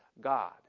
God